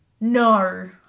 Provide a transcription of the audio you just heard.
No